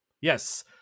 Yes